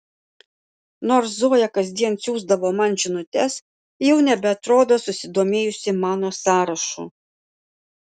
nors zoja kasdien siųsdavo man žinutes jau nebeatrodo susidomėjusi mano sąrašu